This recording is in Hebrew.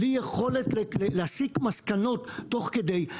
בלי יכולת להסיק מסקנות תוך כדי,